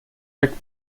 rick